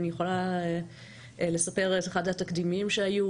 אני יכולה לספר על אחד התקדימים שהיו,